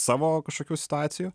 savo kažkokių situacijų